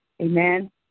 Amen